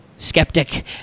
skeptic